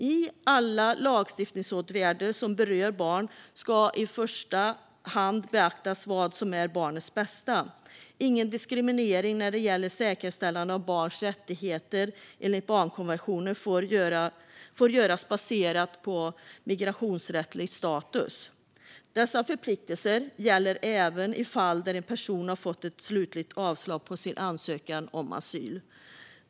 I alla lagstiftningsåtgärder som berör barn ska man i första hand beakta vad som är barnets bästa. Ingen diskriminering när det gäller säkerställande av barns rättigheter enligt barnkonventionen får göras baserat på migrationsrättslig status. Dessa förpliktelser gäller även i fall där en person har fått ett slutligt avslag på sin ansökan om asyl.